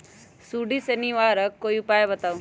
सुडी से निवारक कोई उपाय बताऊँ?